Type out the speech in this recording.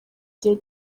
gihe